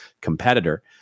competitor